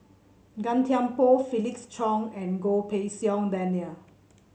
Gan Thiam Poh Felix Cheong and Goh Pei Siong Daniel